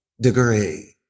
degree